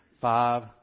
five